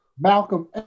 Malcolm